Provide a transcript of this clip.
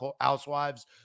Housewives